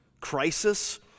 crisis